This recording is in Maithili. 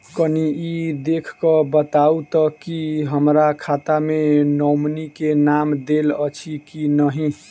कनि ई देख कऽ बताऊ तऽ की हमरा खाता मे नॉमनी केँ नाम देल अछि की नहि?